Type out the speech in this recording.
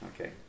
Okay